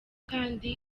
kandi